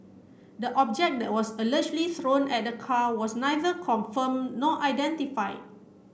the object was allegedly thrown at the car was neither confirm nor identify